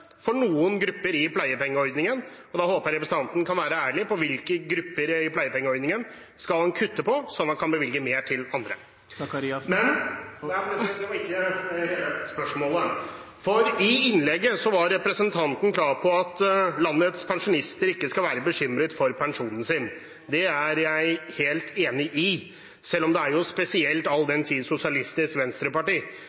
for noen grupper i pleiepengeordningen, og da håper jeg representanten Faret Sakariassen kan være ærlig på hvilke grupper i pleiepengeordningen man skal kutte på så man kan bevilge mer til andre. I innlegget var representanten klar på at landets pensjonister ikke skal være bekymret for pensjonen sin. Det er jeg helt enig i, selv om det er spesielt, all